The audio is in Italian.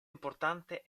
importante